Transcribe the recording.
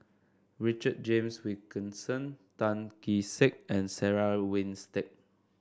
Richard James Wilkinson Tan Kee Sek and Sarah Winstedt